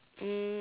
um